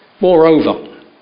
Moreover